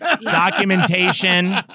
documentation